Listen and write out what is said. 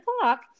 o'clock